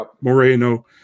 Moreno